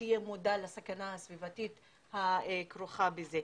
שיהיה מודע לסכנה הסביבתית הכרוכה בזה.